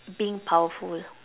being powerful